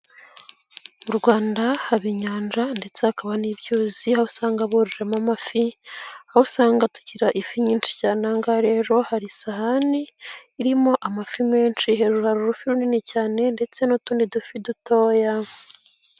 Mu Rwanda haba inyanja ndetse hakaba n'ibyuzi, aho usanga bororamo amafi menshi, aho usanga tugira ifi nyinshi cyane, ahangaha rero hari isahani irimo amafi menshi, hejuru hari urufi runini cyane ndetse n'utundi dufi dutoya.